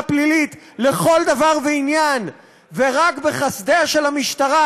פלילית לכל דבר ועניין ורק בחסדיה של המשטרה,